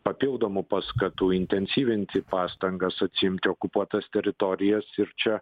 papildomų paskatų intensyvinti pastangas atsiimti okupuotas teritorijas ir čia